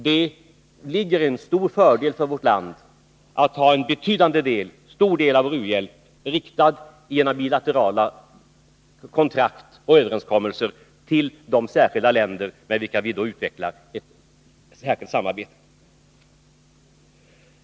Det ligger en stor fördel för vårt land i att ha en betydande del av vår u-hjälp riktad genom bilaterala kontrakt och överenskommelser med de särskilda länder som vi utvecklar ett särskilt samarbete med.